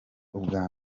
ubwa